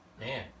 Man